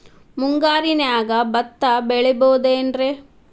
ಮುಂಗಾರಿನ್ಯಾಗ ಭತ್ತ ಬೆಳಿಬೊದೇನ್ರೇ?